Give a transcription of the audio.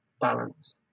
balance